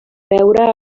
veure